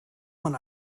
man